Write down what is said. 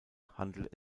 handelt